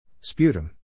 Sputum